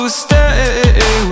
stay